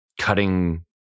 cutting